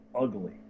ugly